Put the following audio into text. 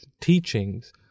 teachings